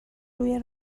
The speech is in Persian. روی